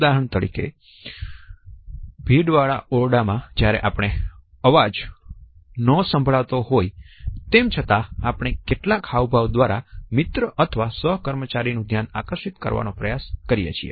ઉદાહરણ તરીકે ભીડવાળા ઓરડામાં જ્યારે આપણો અવાજ ન સંભળાતો હોય તેમ છતાં પણ આપણે કેટલાક હાવભાવ દ્વારા મિત્ર અથવા સહકર્મચારી નું ધ્યાન આકર્ષિત કરવાનો પ્રયાસ કરી શકીએ છીએ